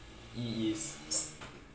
yee is